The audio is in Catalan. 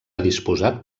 disposat